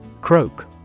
Croak